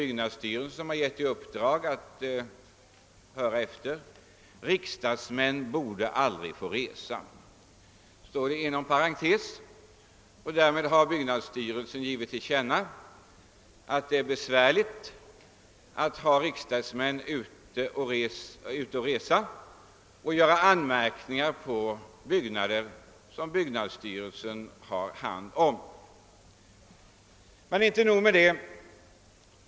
Bl.a. återfinns i skrivelsen inom parentes följande passus: »Riksdagsmän borde aldrig få resa.» Med detta uttalande har byggnadsstyrelsen givit till känna att det är besvärligt att riksdagsmän får företa resor och sedan kan göra anmärkningar på byggnader som byggnadsstyrelsen förvaltar. Men inte nog med det.